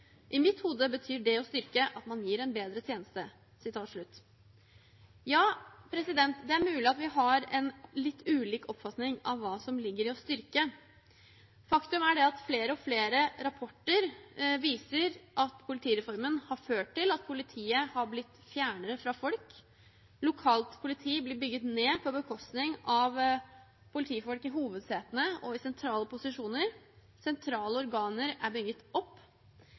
I mitt hode betyr det å styrke at man gir en bedre tjeneste.» Ja, det er mulig at vi har en litt ulik oppfatning av hva som ligger i å styrke. Faktum er at flere og flere rapporter viser at politireformen har ført til at politiet har blitt fjernere fra folk, lokalt politi blir bygget ned på bekostning av politifolk i hovedsetene og i sentrale posisjoner, sentrale organer er bygget opp,